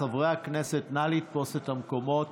חברי הכנסת, נא לתפוס את המקומות.